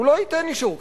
הוא לא ייתן אישור כניסה.